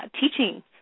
teaching